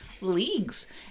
leagues